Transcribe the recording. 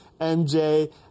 MJ